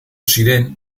ziren